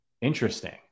Interesting